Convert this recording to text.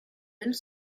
elles